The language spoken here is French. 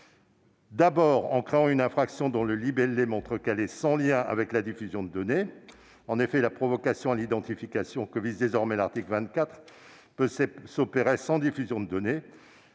D'abord, elle crée une infraction dont le libellé montre que celle-ci est sans lien avec la diffusion de données. En effet, la provocation à l'identification que vise désormais l'article 24 peut s'opérer sans diffusion de données.